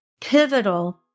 pivotal